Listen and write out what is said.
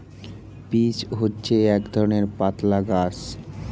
peach হচ্ছে এক ধরণের পাতলা গাছ